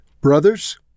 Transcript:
Brothers